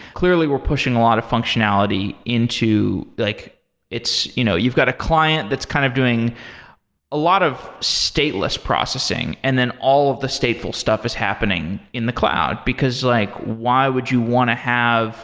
clearly, we're pushing a lot of functionality into like its you know you've got a client that's kind of doing a lot of stateless processing, and then all of the stateful stuff is happening in the cloud, because like why would you want to have